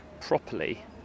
properly